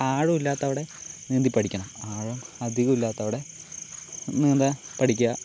ആഴമില്ലാത്തവിടെ നീന്തി പഠിക്കണം ആഴം അധികം ഇല്ലാത്തവിടെ നീന്താൻ പഠിക്കുക